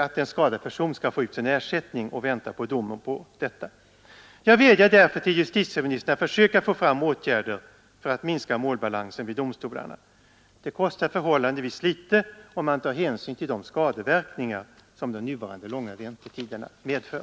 att få till stånd person måste vänta på domen innan han kan få sin e Jag vädjar därför till justitieministern att försök åtgärder för att minska målbalansen vid domstolarna. Det kostar förhållandevis litet i förhållande till de stora skadeverkningar som de nuvarande långa väntetiderna medför.